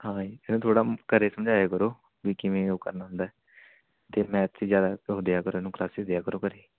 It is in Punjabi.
ਹਾਂਜੀ ਇਹਨੂੰ ਥੋੜ੍ਹਾ ਘਰ ਸਮਝਾਇਆ ਕਰੋ ਵੀ ਕਿਵੇਂ ਉਹ ਕਰਨਾ ਹੁੰਦਾ ਅਤੇ ਮੈਥ 'ਚ ਜ਼ਿਆਦਾ ਉਹ ਦਿਆ ਕਰੋ ਇਹਨੂੰ ਕਲਾਸਿਸ ਦਿਆ ਕਰੋ ਘਰ